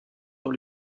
dans